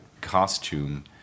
costume